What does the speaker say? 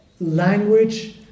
language